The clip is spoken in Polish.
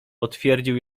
potwierdził